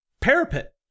parapet